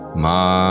ma